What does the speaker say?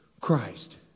Christ